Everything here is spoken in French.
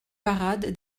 parade